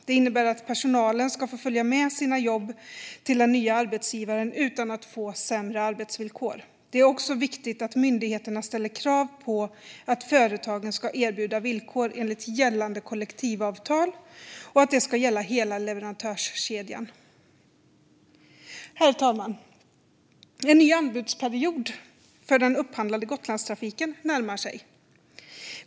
Det innebär att personalen ska få följa med sina jobb till den nya arbetsgivaren utan att få sämre arbetsvillkor. Det är också viktigt att myndigheterna ställer krav på att företagen ska erbjuda villkor enligt gällande kollektivavtal och att det ska gälla hela leverantörskedjan. Herr talman! En ny anbudsperiod för den upphandlade Gotlandstrafiken närmar sig.